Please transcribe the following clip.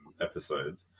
episodes